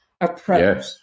approach